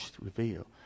reveal